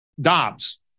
Dobbs